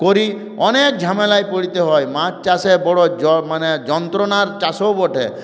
করি অনেক ঝামেলায় পড়তে হয় মাছ চাষে বড় মানে যন্ত্রণার চাষও বটে